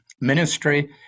ministry